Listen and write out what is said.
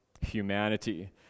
humanity